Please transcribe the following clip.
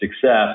success